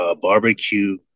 barbecue